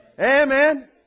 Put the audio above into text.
Amen